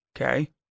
Okay